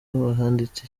banditse